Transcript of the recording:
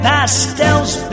Pastel's